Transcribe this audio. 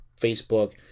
Facebook